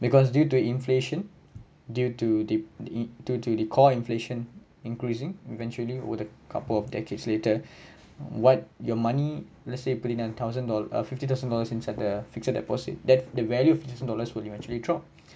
because due to inflation due to the the due to the core inflation increasing eventually with a couple of decades later what your money let's say put it in a thousand dollar ah fifty thousand dollars inside the fixed deposit that the value fifty thousand would eventually drop